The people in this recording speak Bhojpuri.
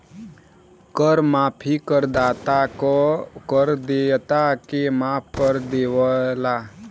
कर माफी करदाता क कर देयता के माफ कर देवला